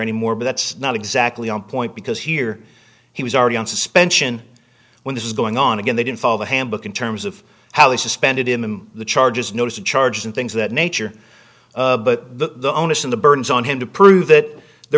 anymore but that's not exactly on point because here he was already on suspension when this was going on again they didn't fall the handbook in terms of how they suspended him and the charges notice the charges and things that nature but the onus of the burdens on him to prove that there